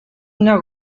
una